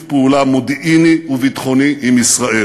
פעולה מודיעיני וביטחוני עם ישראל.